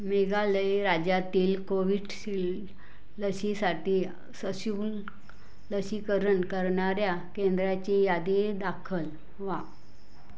मेघालय राज्यातील कोविशिल्ड लसीसाठी सशुल्क लसीकरण करणाऱ्या केंद्राची यादी दाखल वा